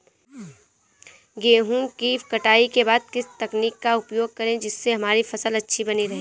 गेहूँ की कटाई के बाद किस तकनीक का उपयोग करें जिससे हमारी फसल अच्छी बनी रहे?